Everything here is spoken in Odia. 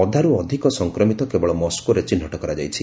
ଅଧାରୁ ଅଧିକ ସଂକ୍ରମିତ କେବଳ ମସ୍କୋରେ ଚିହ୍ନଟ କରାଯାଇଛି